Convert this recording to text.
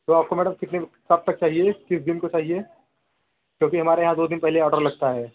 तो आपको मैडम कितने कब तक चाहिए किस दिन को चाहिए क्योंकि हमारे यहाँ दो दिन पहले ऑर्डर लगता है